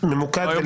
ממוקד.